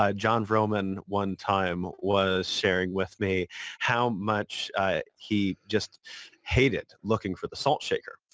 ah jon vroman one time was sharing with me how much he just hated looking for the saltshaker.